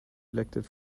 elected